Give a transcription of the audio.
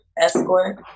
Escort